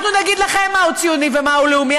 אנחנו נגיד לכם מהו ציוני ומהו לאומי,